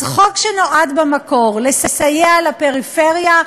אז חוק שנועד במקור לסייע לפריפריה,